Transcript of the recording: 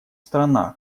страна